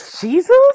Jesus